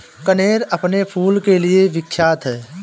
कनेर अपने फूल के लिए विख्यात है